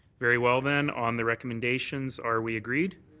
very well, then, on the recommendations are we agreed?